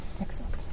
Excellent